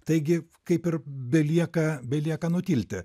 taigi kaip ir belieka belieka nutilti